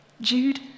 Jude